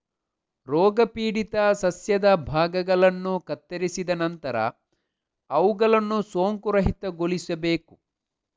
ರೋಗಪೀಡಿತ ಸಸ್ಯದ ಭಾಗಗಳನ್ನು ಕತ್ತರಿಸಿದ ನಂತರ ಅವುಗಳನ್ನು ಸೋಂಕುರಹಿತಗೊಳಿಸಬೇಕು